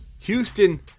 Houston